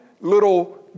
little